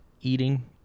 eating